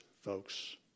folks